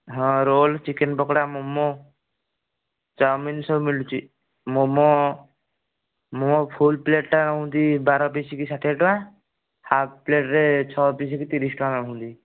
ହଁ roll chicken pakora momo chowmein ସବୁ ମିଳୁଛି ମୋମୋ ମୋମୋ ଫୁଲ୍ ପ୍ଳେଟଟା ହେଉଛି ବାର ପିସ୍ କି ଷାଠିଏ ଟଙ୍କା ହାଫ୍ ପ୍ଳେଟରେ ଛଅ ପିସ୍ କି ତିରିଶ ଟଙ୍କା ନେଉଛନ୍ତି